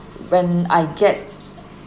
when I get